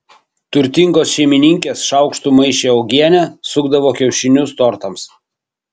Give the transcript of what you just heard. turtingos šeimininkės šaukštu maišė uogienę sukdavo kiaušinius tortams